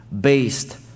based